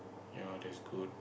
ya that's good